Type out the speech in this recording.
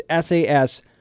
SAS